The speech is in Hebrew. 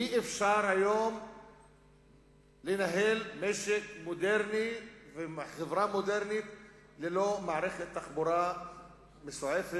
אי-אפשר לנהל היום משק מודרני וחברה מודרנית ללא מערכת תחבורה מסועפת,